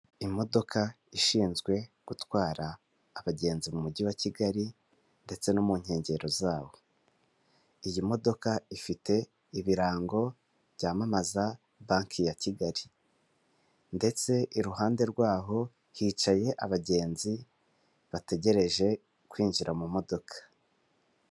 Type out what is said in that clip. Imodoka ishinzwe gutwara abagenzi mu mugi wa Kigali, ndetse no mu nkengero zawo. Iyi modoka ifite ibirango byamamaza banki ya Kigali. Ndetse iruhande rwaho hicaye abagenzi bategereje kwinjira mu modoka.